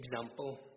example